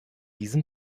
diesem